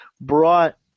brought